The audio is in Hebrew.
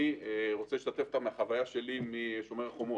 אני רוצה לשתף אותך בחוויה שלי משומר החומות.